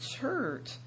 church